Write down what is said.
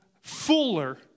fuller